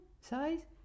size